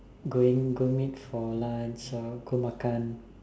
going go meet for lunch or go makan